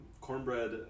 Cornbread